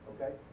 Okay